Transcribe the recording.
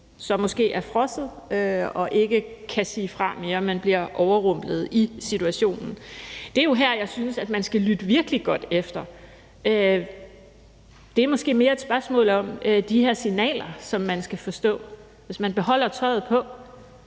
så måske er frosset og ikke kan sige fra mere, men bliver overrumplet i situationen. Det er jo her, jeg synes, man skal lytte virkelig godt efter. Det er måske mere et spørgsmål om de her signaler, som man skal forstå. Hvis man beholder tøjet på,